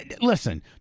listen